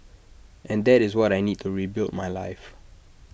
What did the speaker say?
and that is what I need to rebuild my life